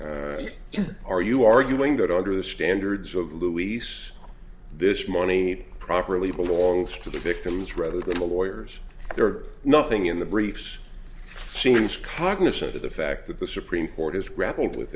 are you arguing that are the standards of luis this money properly belongs to the victims rather than the lawyers there are nothing in the briefs seems cognizant of the fact that the supreme court has grappled with